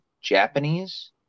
Japanese